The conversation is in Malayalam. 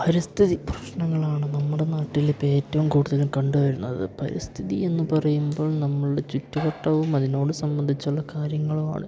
പരിസ്ഥിതി പ്രശ്നങ്ങളാണ് നമ്മുടെ നാട്ടിൽ ഇപ്പോൾ ഏറ്റവും കൂടുതലും കണ്ടുവരുന്നത് പരിസ്ഥിതി എന്ന് പറയുമ്പോൾ നമ്മളുടെ ചുറ്റുവട്ടവും അതിനോട് സംബന്ധിച്ചുള്ള കാര്യങ്ങളുമാണ്